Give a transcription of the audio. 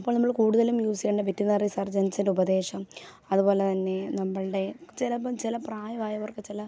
അപ്പോൾ നമ്മൾ കൂടുതലും യൂസ് ചെയ്യേണ്ടത് വെറ്റിനറി സർജൻസിൻ്റെ ഉപദേശം അതുപോലെതന്നെ നമ്മളുടെ ചിലപ്പം ചില പ്രായമായവർക്ക് ചില